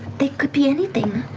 they could be anything.